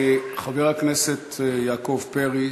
חבר הכנסת יעקב פרי,